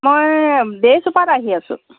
মই ডে চুপাৰত আহি আছোঁ